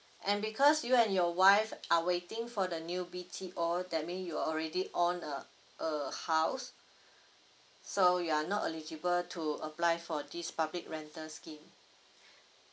and because you and your wife are waiting for the new B_T_O that mean you already owned a a house so you are not eligible to apply for this public rental scheme